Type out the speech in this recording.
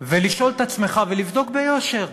ולשאול את עצמך ולבדוק ביושר,